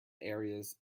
areas